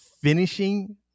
finishing